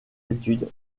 études